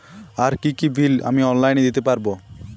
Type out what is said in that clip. আর কি কি বিল আমি অনলাইনে দিতে পারবো?